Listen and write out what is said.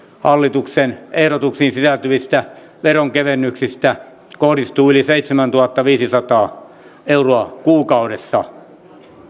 hallituksen ehdotuksiin sisältyvistä veronkevennyksistä kohdistuu yli seitsemäntuhattaviisisataa euroa kuukaudessa